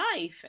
life